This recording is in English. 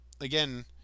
Again